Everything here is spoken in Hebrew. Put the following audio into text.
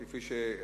הוא כפי שהיה,